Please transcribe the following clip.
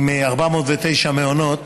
עם 409 מעונות